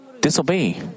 disobey